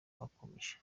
wakomeje